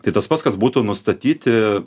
tai tas pats kas būtų nustatyti